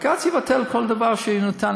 בג"ץ יבטל כל דבר שניתן,